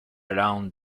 around